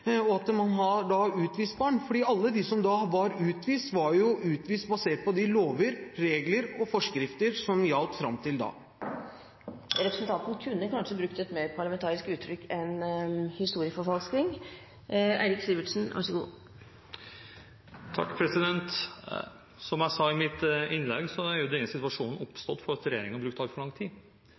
og at man har utvist barn? Alle de som da var utvist, var jo utvist basert på de lover, regler og forskrifter som gjaldt fram til da. Representanten kunne kanskje brukt et mer parlamentarisk uttrykk enn «historieforfalskning». Som jeg sa i mitt innlegg, er denne situasjonen oppstått fordi regjeringen brukte altfor lang tid.